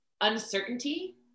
uncertainty